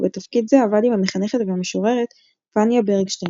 ובתפקיד זה עבד עם המחנכת והמשוררת פניה ברגשטיין.